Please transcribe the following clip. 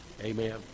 Amen